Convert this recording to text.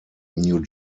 new